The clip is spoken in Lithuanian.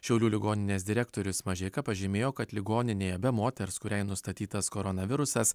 šiaulių ligoninės direktorius mažeika pažymėjo kad ligoninėje be moters kuriai nustatytas koronavirusas